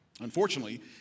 Unfortunately